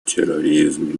терроризм